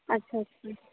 আচ্ছা আচ্ছা